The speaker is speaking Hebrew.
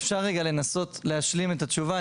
אפשר רגע לנסות להשלים את התשובה?